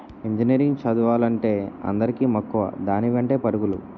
engineering చదువులంటే అందరికీ మక్కువ దాని వెంటే పరుగులు